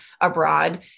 abroad